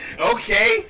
okay